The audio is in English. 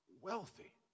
wealthy